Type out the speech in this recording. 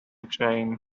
chain